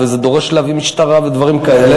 וזה דורש להביא משטרה ודברים כאלה.